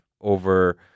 over